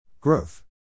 Growth